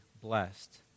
blessed